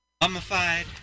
Mummified